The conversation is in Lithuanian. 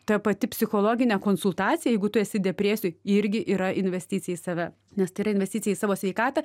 ta pati psichologinė konsultacija jeigu tu esi depresijoj irgi yra investicija į save nes tai yra investicija į savo sveikatą